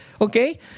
okay